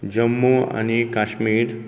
जम्मू आनी काश्मीर